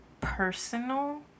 personal